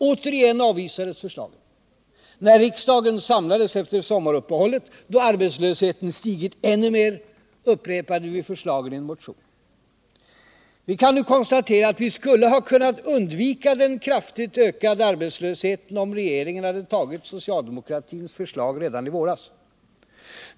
Återigen avvisades förslagen. När riksdagen samlades efter sommaruppehållet — då arbetslösheten stigit ännu mer — upprepade vi förslagen i en motion. Vi kan nu konstatera att vi skulle ha kunnat undvika den kraftigt ökade arbetslösheten, om regeringen hade tagit socialdemokratins förslag redan i våras.